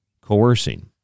coercing